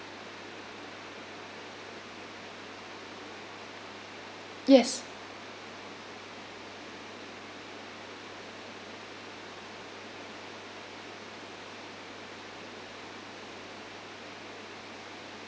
yes